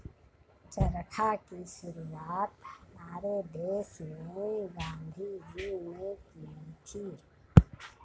चरखा की शुरुआत हमारे देश में गांधी जी ने की थी